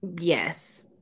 Yes